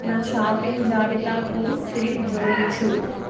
నా షాపింగ్ జాబితాకు సెరెల్ జోడించు